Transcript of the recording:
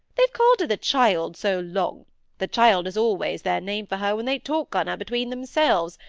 they've called her the child so long the child is always their name for her when they talk on her between themselves,